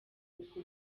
uku